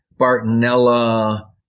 Bartonella